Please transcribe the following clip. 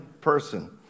person